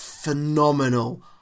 phenomenal